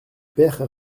pere